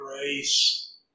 grace